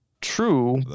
true